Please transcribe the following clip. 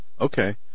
Okay